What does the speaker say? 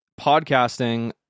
podcasting